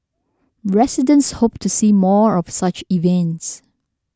residents hope to see more of such events